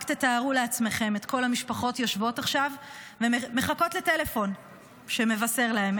רק תתארו לעצמכם את כל המשפחות יושבות עכשיו ומחכות לטלפון שמבשר להן.